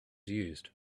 used